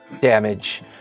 damage